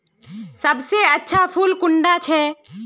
सबसे अच्छा फुल कुंडा छै?